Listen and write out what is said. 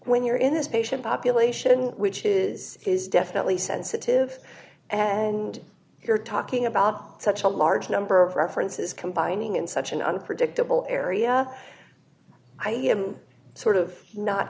when you're in this patient population which is is definitely sensitive and you're talking about such a large number of references combining in such an unpredictable area i am sort of not